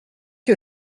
que